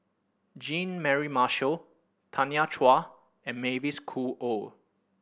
Jean Mary Marshall Tanya Chua and Mavis Khoo Oei